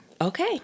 Okay